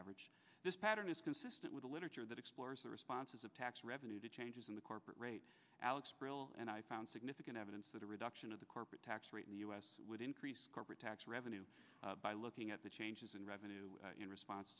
average this pattern is consistent with a literature that explores the responses of tax revenue to changes in the corporate rate and i found significant evidence that a reduction of the corporate tax rate in the us would increase corporate tax revenue by looking at the changes in revenue in response